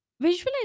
Visualize